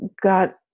got